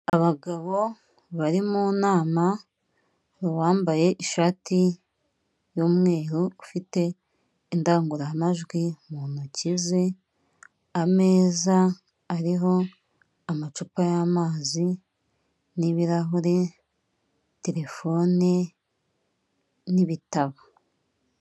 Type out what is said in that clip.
Abagabo bari mu nama, uwambaye ishati y'umweru ufite indangururamajwi mu ntoki ze, ameza ariho amacupa y'amazi n'ibirahuri, terefone n'ibitabo.